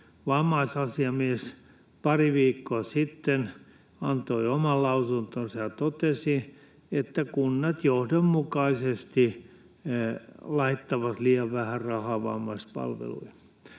Vammaisasiamies pari viikkoa sitten antoi oman lausuntonsa ja totesi, että kunnat johdonmukaisesti laittavat liian vähän rahaa vammaispalveluihin.